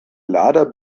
lader